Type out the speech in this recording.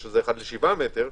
שיש 1 ל-7 מטרים,